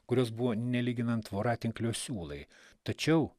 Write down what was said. kurios buvo nelyginant voratinklio siūlai tačiau